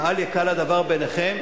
ואל יקל הדבר בעיניכם.